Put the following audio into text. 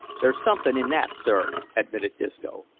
there's something in that sir, admitted disco.